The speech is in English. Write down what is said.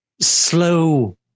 slow